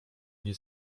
nie